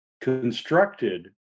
constructed